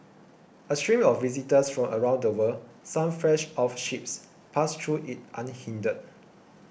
a stream of visitors from around the world some fresh off ships passed through it unhindered